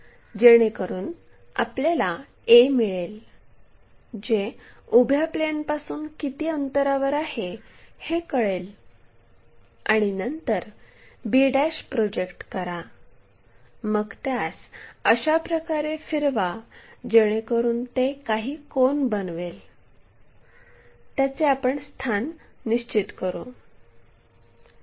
जेणेकरून आपल्याला a मिळेल जे उभ्या प्लेनपासून किती अंतरावर आहे हे कळेल आणि नंतर b प्रोजेक्ट करा मग त्यास अशा प्रकारे फिरवा जेणेकरून ते जे काही कोन बनवेल त्याचे आपण स्थान निश्चित करू